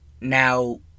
now